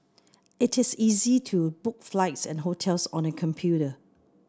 it is easy to book flights and hotels on the computer